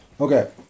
okay